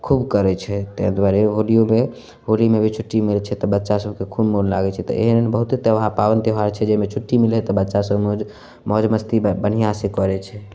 खूब करै छै ताहि दुआरे होलिओमे होलीमे भी छुट्टी मिलै छै तऽ बच्चा सभके खूब मोन लागै छै तऽ एहन एहन बहुते त्योहार पाबनि त्योहार छै जाहिमे छुट्टी मिलै हइ तऽ बच्चासभ मौज मौजमस्ती बढ़िआँसँ करै छै